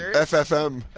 ffm.